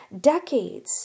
decades